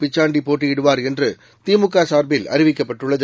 பிச்சாண்டிபோட்டியிடுவார் என்றதிமுகசார்பில் கு அறிவிக்கப்பட்டுள்ளது